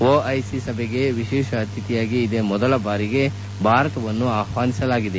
OIC ಸಭೆಗೆ ವಿಶೇಷ ಅತಿಥಿಯಾಗಿ ಇದೇ ಮೊದಲ ಭಾರಿ ಭಾರತವನ್ನು ಆಹ್ವಾನಿಸಲಾಗಿದೆ